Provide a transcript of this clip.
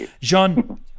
Jean